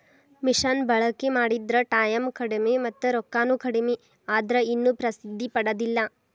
ಮಿಷನ ಬಳಕಿ ಮಾಡಿದ್ರ ಟಾಯಮ್ ಕಡಮಿ ಮತ್ತ ರೊಕ್ಕಾನು ಕಡಮಿ ಆದ್ರ ಇನ್ನು ಪ್ರಸಿದ್ದಿ ಪಡದಿಲ್ಲಾ